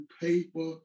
paper